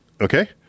Okay